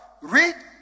read